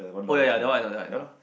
oh ya ya that one I know that one I know